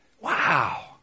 Wow